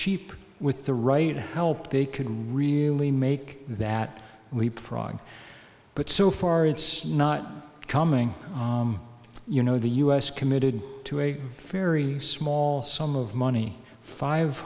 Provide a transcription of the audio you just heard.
cheap with the right help they can really make that leap frog but so far it's not coming you know the us committed to a very small sum of money five